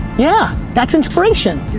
yeah, that's inspiration.